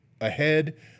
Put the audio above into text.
ahead